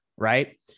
right